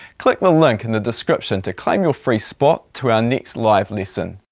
click the link in the description to claim your free spot to our next live lesson.